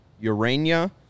Urania